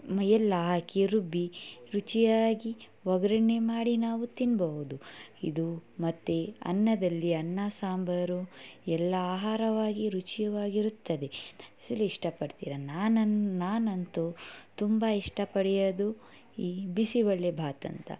ಎಲ್ಲ ಹಾಕಿ ರುಬ್ಬಿ ರುಚಿಯಾಗಿ ಒಗ್ಗರ್ಣೆ ಮಾಡಿ ನಾವು ತಿನ್ಬೋದು ಇದು ಮತ್ತೆ ಅನ್ನದಲ್ಲಿ ಅನ್ನ ಸಾಂಬಾರು ಎಲ್ಲ ಆಹಾರವಾಗಿ ರುಚಿಯಾಗಿರುತ್ತದೆ ಇಷ್ಟಪಡ್ತೀರ ನಾನಂತು ತುಂಬ ಇಷ್ಟಡೋದು ಈ ಬಿಸಿಬೇಳೆ ಬಾತ್ ಅಂತ